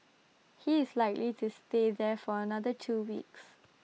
he is likely to stay there for another two weeks